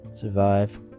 survive